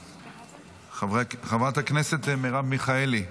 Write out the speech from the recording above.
חברת הכנסת מרב מיכאלי,